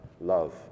love